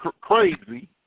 crazy